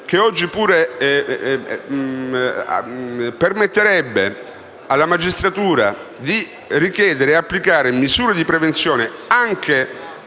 oggi permetterebbe alla magistratura di richiedere e applicare misure di prevenzione anche